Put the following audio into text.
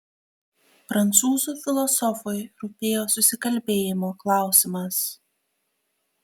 prancūzų filosofui rūpėjo susikalbėjimo klausimas